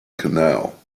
canal